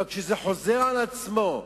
אבל כשזה חוזר על עצמו,